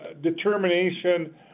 determination